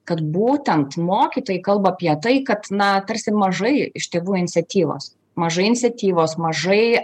kad būtent mokytojai kalba apie tai kad na tarsi mažai iš tėvų iniciatyvos mažai iniciatyvos mažai